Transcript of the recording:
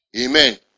Amen